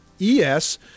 ES